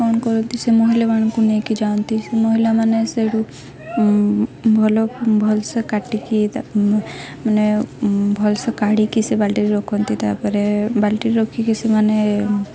କ'ଣ କରନ୍ତି ସେ ମହିଳାମାନଙ୍କୁ ନେଇକି ଯାଆନ୍ତି ସେ ମହିିଳାମାନେ ସେଇଠୁ ଭଲ ଭଲସେ କାଟିକି ମାନେ ଭଲସେ କାଢ଼ିକି ସେ ବାଲ୍ଟିରେ ରଖନ୍ତି ତାପରେ ବାଲ୍ଟିରେ ରଖିକି ସେମାନେ